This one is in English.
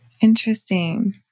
Interesting